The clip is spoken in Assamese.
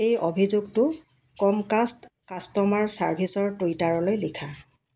এই অভিযোগটো ক'মকাষ্ট কাষ্টমাৰ চাৰ্ভিছৰ টুইটাৰলৈ লিখা